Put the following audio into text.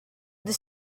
the